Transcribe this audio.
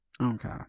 Okay